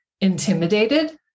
intimidated